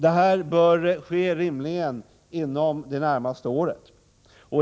Detta bör rimligen ske inom det närmaste året.